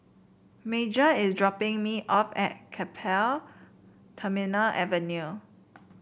Major is dropping me off at Keppel Terminal Avenue